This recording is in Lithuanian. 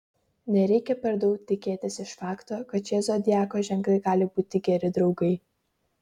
nereikia per daug tikėtis iš fakto kad šie zodiako ženklai gali būti geri draugai